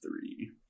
three